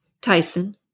Tyson